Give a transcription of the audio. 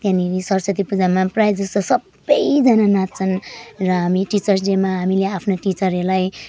त्यहाँनिर सरस्वती पूजामा प्रायःजस्तो सबैजना नाच्छन् र हामी टिचर्स डेमा हामीले आफ्ना टिचरहरूलाई